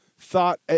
thought